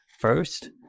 first